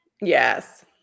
Yes